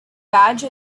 badge